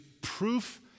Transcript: proof